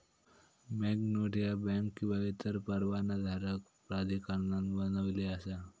banknote ह्या bank किंवा इतर परवानाधारक प्राधिकरणान बनविली असा